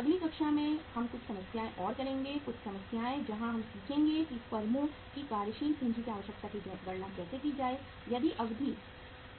अगली कक्षा में हम कुछ समस्याएँ और करेंगे कुछ समस्याएँ जहाँ हम सीखेंगे कि फर्मों की कार्यशील पूँजी की आवश्यकता की गणना कैसे की जाए यदि अवधि